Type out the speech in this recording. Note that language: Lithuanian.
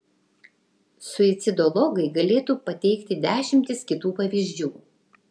suicidologai galėtų pateikti dešimtis kitų pavyzdžių